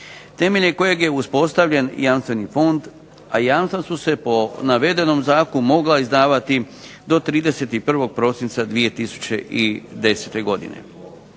temeljem kojeg je uspostavljen Jamstveni fond, a jamstva su se po navedenom zakonu mogla izdavati do 31. prosinca 2010. godine.